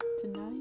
Tonight